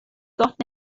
gôt